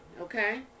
okay